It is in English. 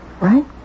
Right